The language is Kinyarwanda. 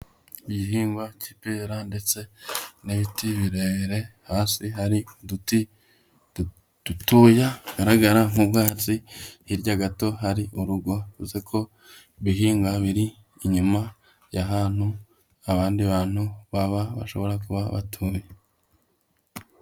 Igihingwa cy'ipera ndetse n'ibiti birebire. Hasi hari uduti dutoya tugaragara nk'ubwatsi. Hirya gato hari urugo, bivuze ko ibihingwa biri inyuma y'ahantu abandi bantu baba, bashobora kuba batuye.